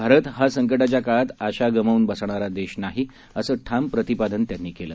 भारत हा संकटाच्या काळात आशा गमावून बसणारा देश नाही असं ठाम प्रतिपादन त्यांनी केलं